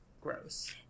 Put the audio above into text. gross